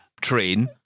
train